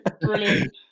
Brilliant